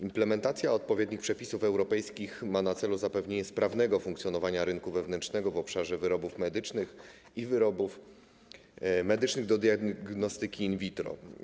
Implementacja odpowiednich przepisów europejskich ma na celu zapewnienie sprawnego funkcjonowania rynku wewnętrznego w obszarze wyrobów medycznych i wyrobów medycznych do diagnostyki in vitro.